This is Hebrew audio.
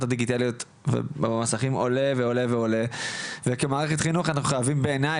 הדיגיטליות ובמסכים עולה ועולה וכמערכת חינוך אנחנו חייבים בעיניי